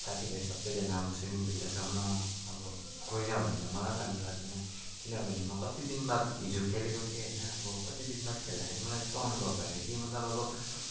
साथी भाइ सबैजना अब सुइमिङ भित्र छ म अब गइनँ भने मलाई राम्रो लाग्दैन किनभने म कति दिन बाद हिजो खेलेको थिएँ होइन अब कति दिन बाद खेल्दाखेरि मलाई यस्तो अनुभव भयो कि मतलब अब